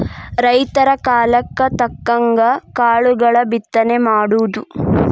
ರೈತರ ಕಾಲಕ್ಕ ತಕ್ಕಂಗ ಕಾಳುಗಳ ಬಿತ್ತನೆ ಮಾಡುದು